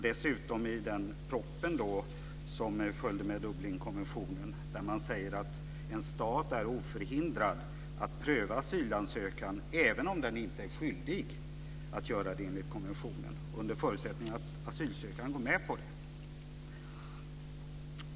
Dessutom står det i den proposition som följde på Dublinkonventionen att en stat är oförhindrad att pröva asylansökan även om den inte är skyldig att göra det enligt konventionen, under förutsättning att den asylsökande går med på det.